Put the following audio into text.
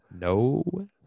No